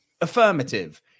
Affirmative